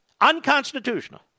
Unconstitutional